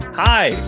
Hi